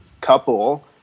couple